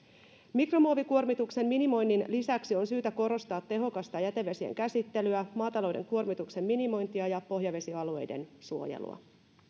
mikromuovikuormituksen minimoinnin lisäksi on syytä korostaa tehokasta jätevesien käsittelyä maatalouden kuormituksen minimointia ja pohjavesialueiden suojelua